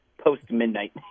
post-midnight